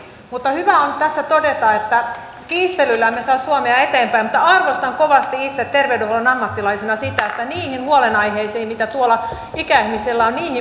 hyvä on tässä todeta että kiistelyllä emme saa suomea eteenpäin mutta arvostan kovasti itse terveydenhuollon ammattilaisena sitä että niihin huolenaiheisiin mitä tuolla ikäihmisillä on pureudutaan